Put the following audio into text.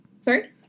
Sorry